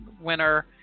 winner